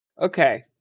Okay